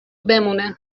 بمانه